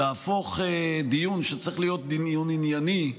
להפוך דיון שצריך להיות דיון ענייני,